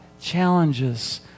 challenges